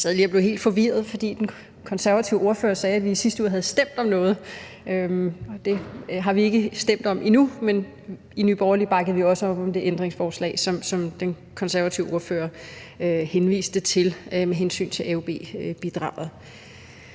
Jeg sad lige og blev helt forvirret, fordi den konservative ordfører sagde, at vi i sidste uge havde stemt om noget. Og det har vi ikke stemt om endnu, men i Nye Borgerlige bakker vi også op om det ændringsforslag, som den konservative ordfører henviste til, med hensyn til AUB-bidraget.